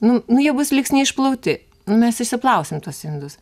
nu nu jie bus liks neišplauti nu mes išsiplausim tuos indus